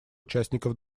участников